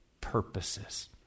purposes